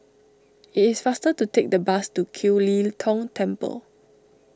it is faster to take the bus to Kiew Lee Tong Temple